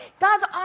God's